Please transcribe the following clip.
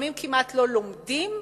לפעמים כמעט לא לומדים.